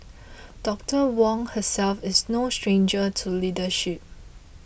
Doctor Wong herself is no stranger to leadership